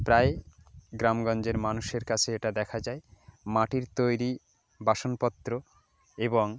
প্রায়ই গ্রামগঞ্জের মানুষের কাছে এটা দেখা যায় মাটির তৈরি বাসনপত্র এবং